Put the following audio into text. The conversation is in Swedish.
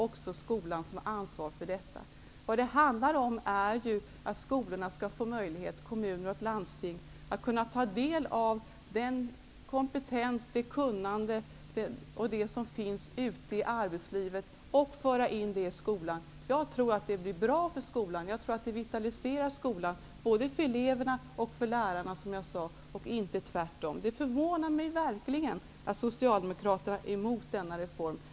Vad det handlar om är ju att skolorna och kommuner och landsting skall få möjlighet att i skolan utnyttja den kompetens och det kunnande som finns ute i arbetslivet. Jag tror att det blir bra för skolan. Jag menar att detta skulle vitalisera både eleverna och lärarna, inte tvärtom. Det förvånar mig verkligen att Socialdemokraterna är emot denna reform.